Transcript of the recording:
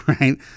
Right